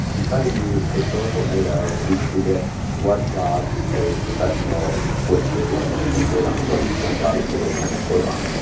we tried to use historical data to predict what jobs a professional would pay to to bid on. what what jobs they would send their quote on.